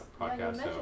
podcast